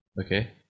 Okay